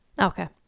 Okay